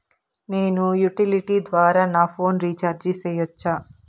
నేను యుటిలిటీ ద్వారా నా ఫోను రీచార్జి సేయొచ్చా?